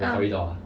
uh